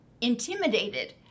intimidated